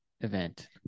event